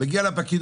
מגיע לפקיד,